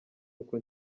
uko